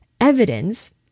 evidence